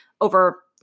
over